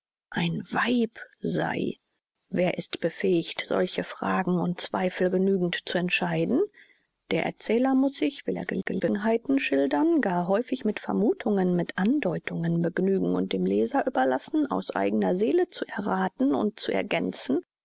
ein weib sei wer ist befähiget solche fragen und zweifel genügend zu entscheiden der erzähler muß sich will er gegebenheiten schildern gar häufig mit vermuthungen mit andeutungen begnügen und dem leser überlassen aus eigener seele zu errathen und zu ergänzen